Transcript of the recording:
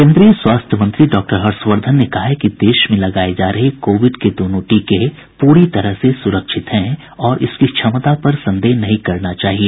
केन्द्रीय स्वास्थ्य मंत्री डॉक्टर हर्षवर्धन ने कहा है कि देश में लगाये जा रहे कोविड के दोनों टीके पूरी तरह से सुरक्षित हैं और इसकी क्षमता पर संदेह नहीं करना चाहिए